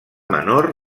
menor